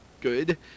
Good